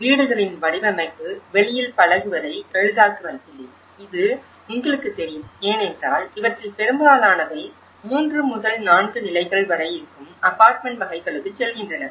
வீடுகளின் வடிவமைப்பு வெளியில் பழகுவதை எளிதாக்குவதில்லை இது உங்களுக்குத் தெரியும் ஏனென்றால் இவற்றில் பெரும்பாலானவை மூன்று முதல் நான்கு நிலைகள் வரை இருக்கும் அபார்ட்மென்ட் வகைகளுக்கு செல்கின்றன